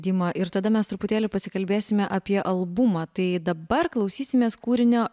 dyma ir tada mes truputėlį pasikalbėsime apie albumą tai dabar klausysimės kūrinio